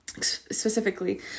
specifically